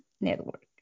Network